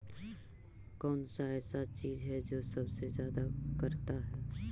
कौन सा ऐसा चीज है जो सबसे ज्यादा करता है?